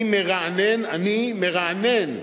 "אני מרענן" אני מרענן,